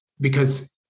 because-